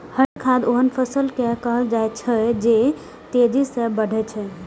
हरियर खाद ओहन फसल कें कहल जाइ छै, जे तेजी सं बढ़ै छै